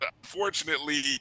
unfortunately